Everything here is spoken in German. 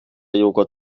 joghurt